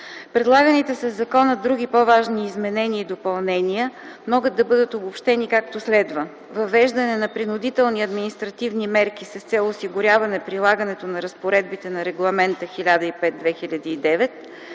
Предлаганите със законопроекта други по-важни изменения и допълнения могат да бъдат обобщени, както следва: Въвеждане на принудителни административни мерки с цел осигуряване прилагането на разпоредбите на Регламент (ЕО) № 1005/2009